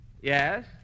Yes